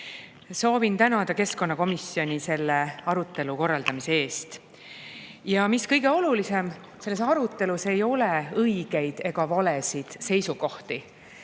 Soovin tänada keskkonnakomisjoni selle arutelu korraldamise eest. Ja mis kõige olulisem: selles arutelus ei ole õigeid ega valesid seisukohti.